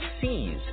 seize